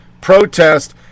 Protest